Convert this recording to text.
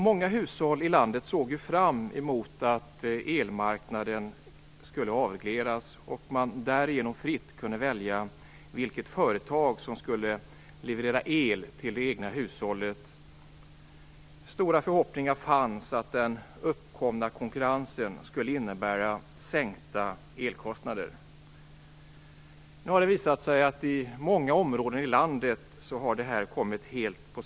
Många hushåll i landet såg fram emot att elmarknaden skulle avregleras och att man därigenom fritt skulle kunna välja vilket företag som skulle leverera el till det egna hushållet. Stora förhoppningar fanns om att den uppkomna konkurrensen skulle innebära en sänkning av elkostnaderna. Nu har det visat sig att detta har kommit helt på skam i många områden i landet.